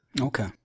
Okay